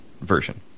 version